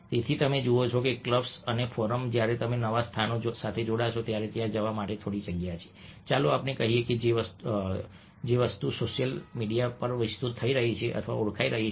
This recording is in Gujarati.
તેથી તમે જુઓ છો કે ક્લબ્સ અને ફોરમ જ્યારે તમે નવા સ્થાનો સાથે જોડાશો ત્યારે ત્યાં જવા માટે થોડી જગ્યા છે ચાલો આપણે કહીએ કે તે જ વસ્તુ સોશિયલ મીડિયા પર વિસ્તૃત થઈ રહી છે અથવા ઓળખાઈ રહી છે